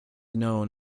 known